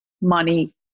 money